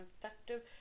effective